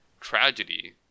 Tragedy